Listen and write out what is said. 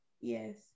Yes